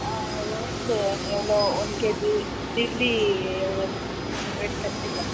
ஆ rose எவ்வளோ one KG lily எவ்வளோன்னு rate தெரிஞ்சுக்கலாமா